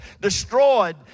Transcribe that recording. destroyed